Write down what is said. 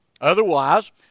Otherwise